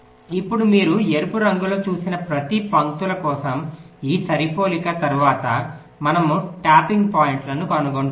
ఇప్పుడు మీరు ఎరుపు రంగులో చూపిన ప్రతి పంక్తుల కోసం ఈ సరిపోలిక తర్వాత మనము ట్యాపింగ్ పాయింట్లను కనుగొంటాము